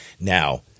Now